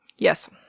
Yes